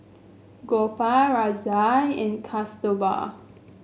Gopal Razia and Kasturba